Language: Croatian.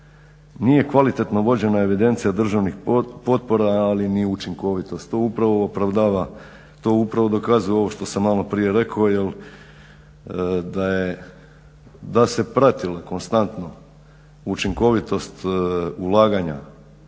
nije kvalitetno vođena evidencija državnih potpora, ali ni učinkovitost. To upravo opravdava, to upravo dokazuje ovo što sam malo prije rekao. Jer da se pratila konstantno učinkovitost ulaganja,